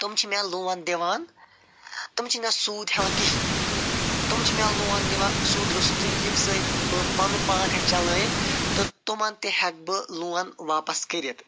تِم چھِ مےٚ لون دِوان تِم چھِنہٕ مےٚ سوٗد ہٮ۪وان کِہیٖنٛۍ تِم چھِ مےٚ لون دِوان سوٗدٕ روٚستٕے ییٚمہِ سۭتۍ بہٕ پنُن پان تہِ ہٮیٚکہِ چلٲوِتھ تہٕ تِمن تہِ ہٮ۪کہٕ بہٕ لون واپس کٔرِتھ